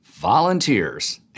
Volunteers